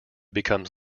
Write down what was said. becomes